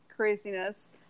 craziness